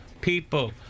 people